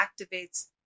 activates